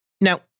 Now